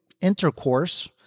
intercourse